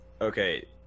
Okay